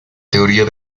teoría